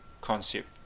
concept